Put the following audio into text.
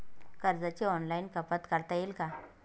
कर्जाची ऑनलाईन कपात करता येईल का?